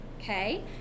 okay